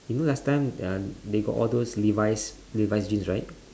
you know last time um they got all those levi's levi's jeans right